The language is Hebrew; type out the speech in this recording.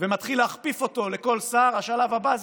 ומתחיל להכפיף אותו לכל שר, השלב הבא,